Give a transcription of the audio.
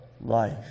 life